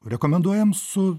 rekomenduojam su